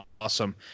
Awesome